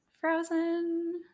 Frozen